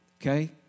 okay